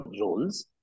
roles